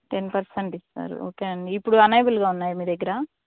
ten percent ఇస్తారు okay అండి ఇప్పుడు అనేబుల్గా ఉన్నాయా మీ దగ్గర